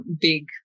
big